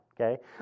okay